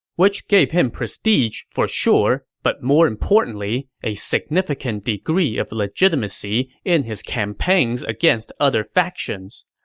which gave him prestige for sure, but more importantly, a significant degree of legitimacy in his campaigns against other factions.